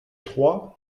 trois